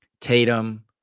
Tatum